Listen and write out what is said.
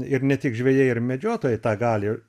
ir ne tik žvejai ir medžiotojai tą gali